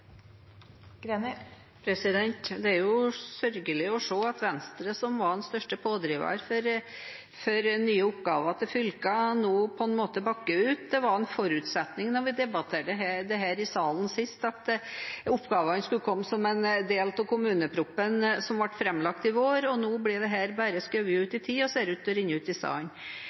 sørgelig å se at Venstre, som var den største pådriveren for nye oppgaver til fylkene, nå på en måte bakker ut. Det var en forutsetning da vi debatterte dette her i salen sist, at oppgavene skulle komme som en del av kommuneproposisjonen som ble framlagt i vår. Nå blir dette bare skjøvet ut i tid og ser ut til å renne ut i sanden,